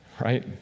right